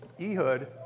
Ehud